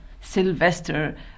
Sylvester